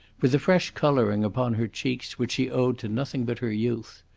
with a fresh colouring upon her cheeks which she owed to nothing but her youth.